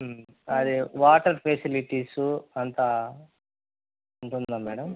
అది water facilities అంతా ఉంటుందా మేడం